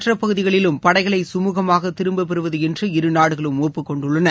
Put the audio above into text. மற்ற பகுதிகளிலும் படைகளை சுமூகமாக திரும்ப பெறுவது என்று இரு நாடுகளும் ஒப்புக்கொண்டுள்ளன